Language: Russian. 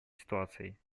ситуацией